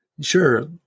Sure